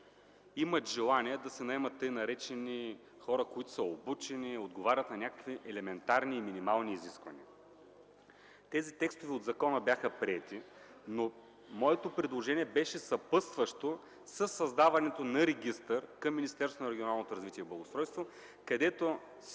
имат желание да се наемат така наречените хора, които са обучени, отговарят на някакви елементарни и минимални изисквания. Тези текстове от закона бяха приети, но моето предложение беше съпътстващо – със създаването на регистър към Министерството на регионалното развитие и благоустройството, където